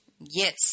Yes